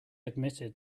admitted